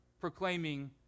proclaiming